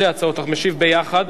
משיב ביחד,